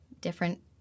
different